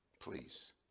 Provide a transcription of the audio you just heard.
Please